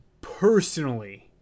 personally